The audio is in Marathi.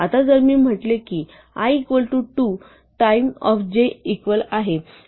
आता जर मी म्हंटले की i equal to 2 time of j च्या इक्वल आहे